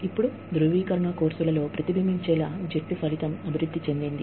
ఇప్పుడు ధృవీకరణ కోర్సులలో ప్రతిబింబించేలా జట్టు ఫలితం అభివృద్ధి చెందింది